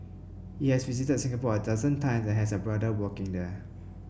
he has visited Singapore a dozen times and has a brother working there